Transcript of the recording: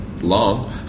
long